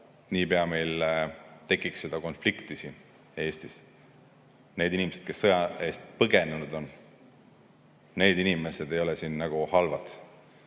leebub, tekiks konfliktid siin Eestis. Need inimesed, kes sõja eest põgenenud on, need inimesed ei ole siin nagu halvad.